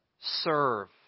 serve